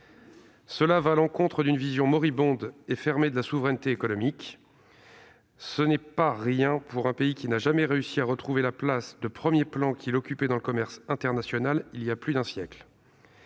Elle va à l'encontre d'une vision moribonde et fermée de la souveraineté économique. Ce n'est pas rien pour un pays qui n'a jamais réussi à retrouver la place de premier plan qu'il occupait dans le commerce international il y a plus d'un siècle.